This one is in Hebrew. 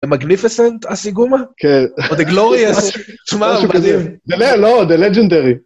המגניפיסנט הסיגומה? כן. או הגלוריאסט שמר? משהו כזה. זה לא, לא, זה לג'נדרי.